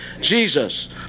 Jesus